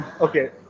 Okay